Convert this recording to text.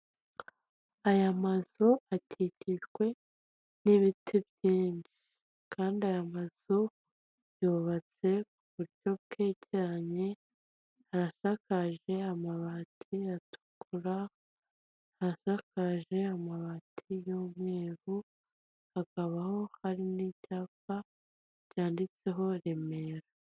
Aya mazu akikijwe n'ibiti byinshi kandi aya mazu yubatse ku buryo bwegeranye, harasakaje amabati atukura, asakaje amabati y'umweru, hakabaho hari n'icyapa byanditseho Remera.